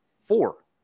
four